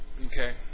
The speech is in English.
Okay